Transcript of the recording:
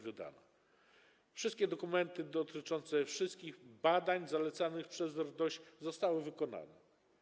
Wszystkie dokumenty dotyczące wszystkich badań zalecanych przez RDOŚ zostały wykonane.